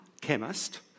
chemist